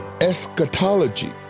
eschatology